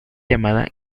llamada